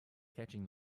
catching